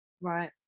Right